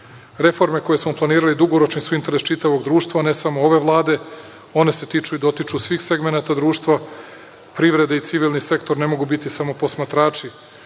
reforme koje smo planirali dugoročni su interes čitavog društva, ne samo ove vlade, one se tiču i dotiču svih segmenata društva. Privreda i civilni sektor ne mogu biti samo posmatrači,